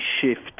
shift